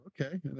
Okay